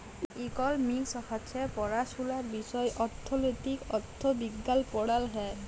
economics হছে পড়াশুলার বিষয় অথ্থলিতি, অথ্থবিজ্ঞাল পড়াল হ্যয়